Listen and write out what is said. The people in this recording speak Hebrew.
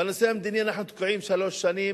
בנושא המדיני אנחנו תקועים שלוש שנים.